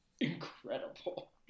incredible